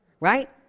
right